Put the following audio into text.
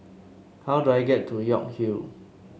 how do I get to York Hill